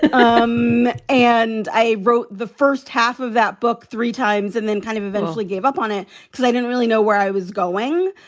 um and i wrote the first half of that book three times and then kind of eventually gave up on it because i didn't really know where i was going.